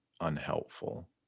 unhelpful